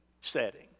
setting